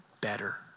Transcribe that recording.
better